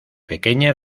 pequeña